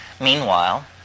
Meanwhile